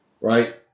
right